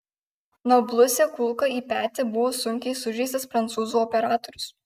nabluse kulka į petį buvo sunkiai sužeistas prancūzų operatorius